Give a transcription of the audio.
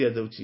ଦିଆଯାଉଛି